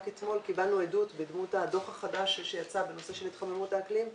רק אתמול קיבלנו עדות בדמות הדוח החדש שיצא בנושא של התחממות האקלים,